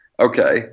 Okay